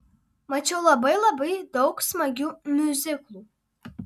mačiau labai labai daug smagių miuziklų